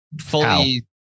fully